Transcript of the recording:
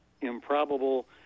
improbable